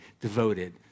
devoted